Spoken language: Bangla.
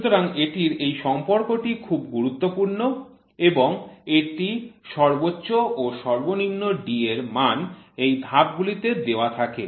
সুতরাং এটির এই সম্পর্কটি খুব গুরুত্বপূর্ণ এবং এই সর্বোচ্চ ও সর্বনিম্ন D এর মান এই ধাপ গুলি তে দেওয়া থাকে